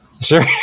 Sure